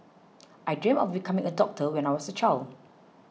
I dreamt of becoming a doctor when I was a child